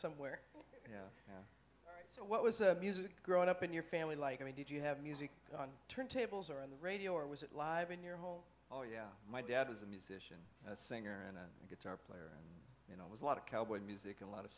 somewhere so what was a music growing up in your family like i mean did you have music on turntables or on the radio or was it live in your home oh yeah my dad was a musician a singer and a guitar player and you know it was a lot of cowboy music a lot of